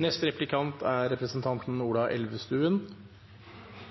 Situasjonen vi er i, er veldig alvorlig for mange bedrifter. Representanten